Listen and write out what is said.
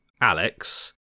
Alex